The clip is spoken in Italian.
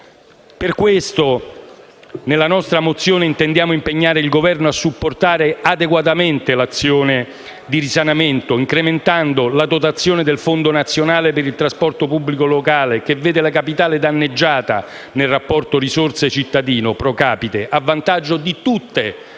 Per questo, nella nostra mozione intendiamo impegnare il Governo a supportare adeguatamente l'azione di risanamento, incrementando la dotazione del Fondo nazionale per il trasporto pubblico locale, che vede la Capitale danneggiata nel rapporto *pro capite* risorse-cittadino, a vantaggio di tutte